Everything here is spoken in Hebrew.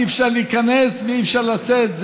אי-אפשר להיכנס ואי-אפשר לצאת,